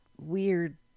Weird